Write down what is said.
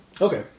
Okay